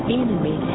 enemy